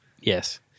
Yes